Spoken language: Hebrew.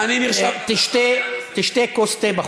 תשתה כוס תה בחוץ.